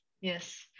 yes